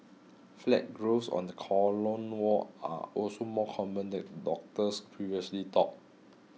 flat growths on the colon wall are also more common than doctors previously thought